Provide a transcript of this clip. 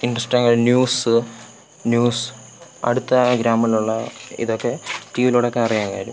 interesting news news അടുത്ത ഗ്രാമങ്ങളിലുള്ള ഇതൊക്കെ ടി വിയിലൂടെയൊക്കെ അറിയാന് കഴിയും